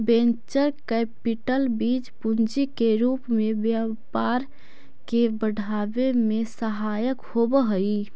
venture capital बीज पूंजी के रूप में व्यापार के बढ़ावे में सहायक होवऽ हई